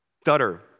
stutter